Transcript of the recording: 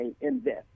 invest